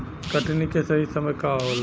कटनी के सही समय का होला?